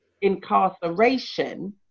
incarceration